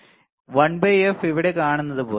1f ഇവിടെ കാണുന്നത് പോലെ